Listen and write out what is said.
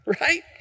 right